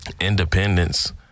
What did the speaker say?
Independence